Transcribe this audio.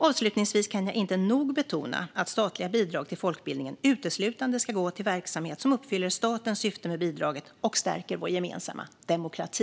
Avslutningsvis kan jag inte nog betona att statliga bidrag till folkbildningen uteslutande ska gå till verksamhet som uppfyller statens syften med bidraget och stärker vår gemensamma demokrati.